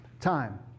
time